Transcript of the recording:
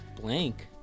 Blank